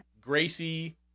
Gracie